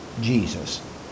Jesus